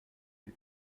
les